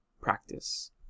Practice